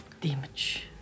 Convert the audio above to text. damage